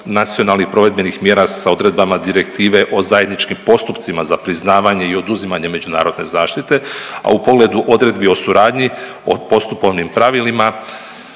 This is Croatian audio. nacionalnih provedbenih mjera sa odredbama Direktive o zajedničkim postupcima za priznavanje i oduzimanje međunarodne zaštite, a u pogledu odredbi o suradnji, o postupovnim pravilima